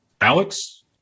Alex